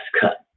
cut